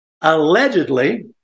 allegedly